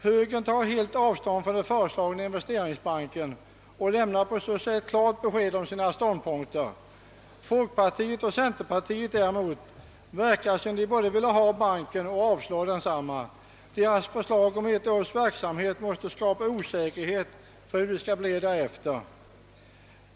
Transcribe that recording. Högern tar helt avstånd från den föreslagna investeringsbanken och lämnar på så sätt klart besked om sin ståndpunkt. Folkpartiet och centerpartiet däremot tycks både vilja ha banken och avstyrka den. Deras förslag om ett års verksamhet måste skapa osäkerhet för hur det skall bli därefter.